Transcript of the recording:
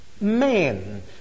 man